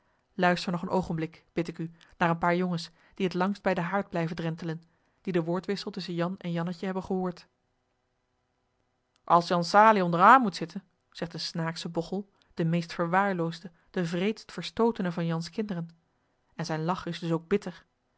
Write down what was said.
luister nog een oogenblik bid ik u naar een paar jongens die het langst bij den haard blijven drentelen die den woordwissel tusschen jan en jannetje hebben gehoord als jan salie onder aan moet zitten zegt een snaaksche bogchel de meest verwaarloosde de wreedst verstootene van jan's kinderen en zijn lach is dus ook bitter